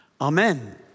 amen